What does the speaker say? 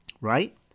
right